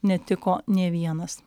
netiko nė vienas